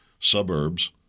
suburbs